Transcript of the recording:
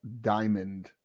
diamond